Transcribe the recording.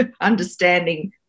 understanding